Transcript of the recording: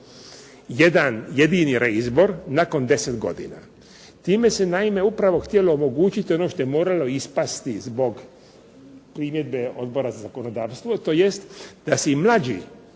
jedan jedini reizbor nakon 10 godina. Time se naime upravo htjelo omogućiti ono što je moralo ispasti zbog primjedbe Odbora za Zakonodavstvo, tj. da se i mlađi